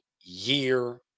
year